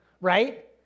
right